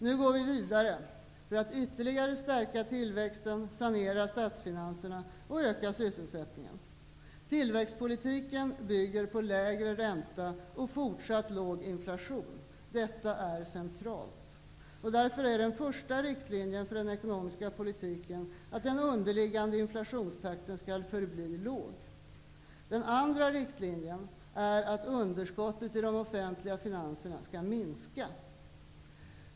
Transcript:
Nu går vi vidare för att ytterligare stärka tillväxten, sanera statsfinanserna och öka sysselsättningen. Tillväxtpolitiken bygger på lägre ränta och fortsatt låg inflation. Detta är centralt. Därför är den första riktlinjen för den ekonomiska politiken att den underliggande inflationstakten skall förbli låg. Den andra riktlinjen är att underskottet i de offentliga finanserna skall minska.